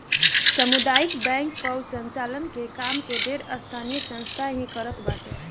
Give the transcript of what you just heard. सामुदायिक बैंक कअ संचालन के काम ढेर स्थानीय संस्था ही करत बाटे